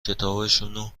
کتابشونو